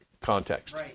context